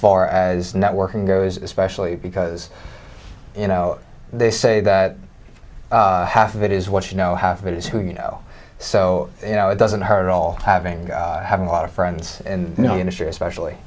far as networking goes especially because you know they say that half of it is what you know half of it is who you know so you know it doesn't hurt at all having having a lot of friends and you know industry especially